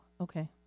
okay